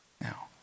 Now